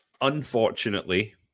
Unfortunately